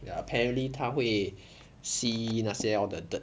ya apparently 他会 see 那些 all the dirt